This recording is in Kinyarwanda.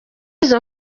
izo